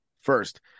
first